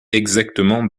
exactement